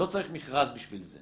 לא צריך מכרז בשביל זה.